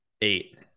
Eight